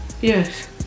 Yes